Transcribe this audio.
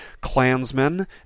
Klansmen